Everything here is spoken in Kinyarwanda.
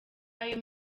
ayo